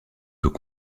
peut